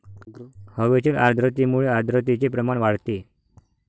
हवेतील आर्द्रतेमुळे आर्द्रतेचे प्रमाण वाढते